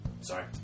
Sorry